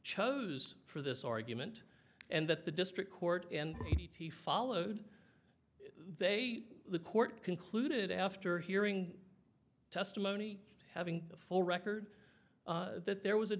chose for this argument and that the district court and he followed they the court concluded after hearing testimony having a full record that there was a